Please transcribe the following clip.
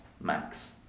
Max